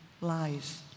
lies